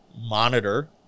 monitor